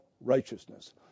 righteousness